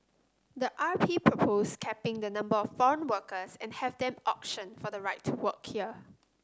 the R P proposed capping the number of foreign workers and have them auction for the right to work here